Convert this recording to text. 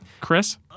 Chris